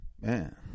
Man